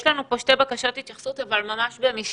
יש לנו פה שתי בקשות התייחסות, אבל ממש במשפט,